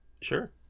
Sure